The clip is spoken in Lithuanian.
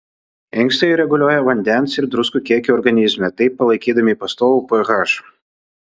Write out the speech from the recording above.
inkstai reguliuoja vandens ir druskų kiekį organizme taip palaikydami pastovų ph